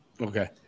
Okay